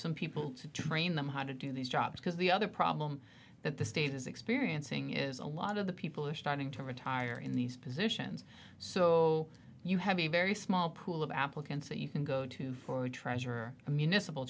some people to train them how to do these jobs because the other problem that the state is experiencing is a lot of the people are starting to retire in these positions so you have a very small pool of applicants that you can go to for treasurer a municipal